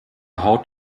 haut